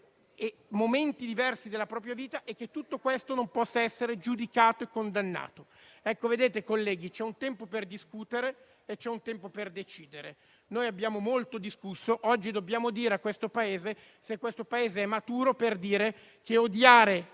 momenti diversi della propria vita e che tutto questo non possa essere giudicato e condannato. Vedete colleghi, c'è un tempo per discutere e c'è un tempo per decidere. Abbiamo molto discusso: oggi dobbiamo dire al Paese se è maturo per dire che odiare